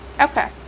Okay